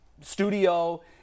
studio